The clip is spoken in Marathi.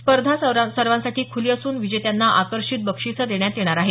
स्पर्धा सर्वांसाठी खुली असून विजेत्यांना आकर्षित बक्षिस देण्यात येणार आहे